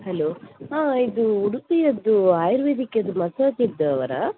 hello ಹಾಂ ಇದು ಉಡುಪಿಯದ್ದು ಆಯುರ್ವೇದಿಕಿಂದು ಮಸಾಜಿದ್ದವರಾ